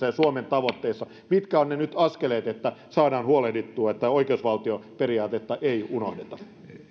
ja suomen tavoitteissa niin kysymykseni nyt kuuluu mitkä ovat nyt ne askeleet että saadaan huolehdittua siitä että oikeusvaltioperiaatetta ei unohdeta